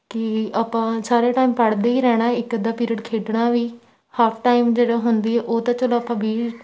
ਕਿ ਆਪਾਂ ਸਾਰੇ ਟਾਈਮ ਪੜ੍ਹਦੇ ਹੀ ਰਹਿਣਾ ਇੱਕ ਅੱਧਾ ਪੀਰੀਅਡ ਖੇਡਣਾ ਵੀ ਹਾਫ ਟਾਈਮ ਜਦੋਂ ਹੁੰਦੀ ਹੈ ਉਹ ਤਾਂ ਚਲੋ ਆਪਾਂ ਵੀਹ